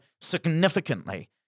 significantly